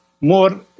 more